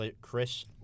Chris